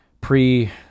pre